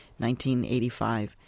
1985